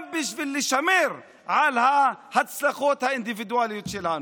גם בשביל לשמר את ההצלחות האינדיבידואליות שלנו.